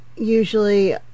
Usually